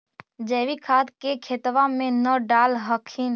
जैवीक खाद के खेतबा मे न डाल होथिं?